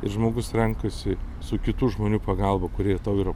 žmogus renkasi su kitų žmonių pagalba kurie tau yra